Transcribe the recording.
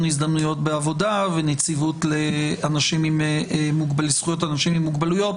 הזדמנויות בעבודה ונציבות לזכויות אנשים עם מוגבלויות,